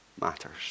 matters